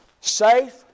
Safe